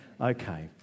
Okay